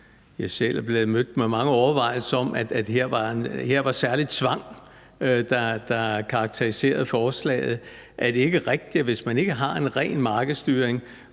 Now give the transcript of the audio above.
jeg selv er blevet mødt med mange overvejelser om, at her var der særlig tvang, der karakteriserede forslaget – er, om det ikke er rigtigt, at hvis man ikke har en ren markedsstyring,